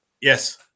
Yes